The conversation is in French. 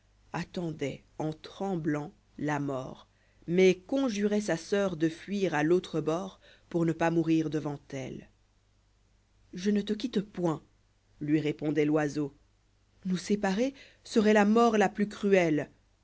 attendoit en tremblantj la mort mais conjurait sa soeur de fuir à l'autre bord pour ne pas mourir devant elle je ne te quitte point lui répondoit l'oiseau nous séparer serait la mort la plus cruelle